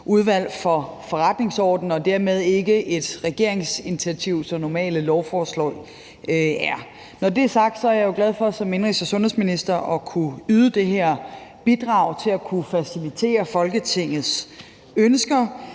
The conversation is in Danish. Udvalg for Forretningsordenen, og dermed ikke et regeringsinitiativ, som normale lovforslag er. Når det er sagt, er jeg som indenrigs- og sundhedsminister jo glad for at kunne yde det her bidrag til at kunne facilitere Folketingets ønsker.